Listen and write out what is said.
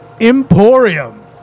Emporium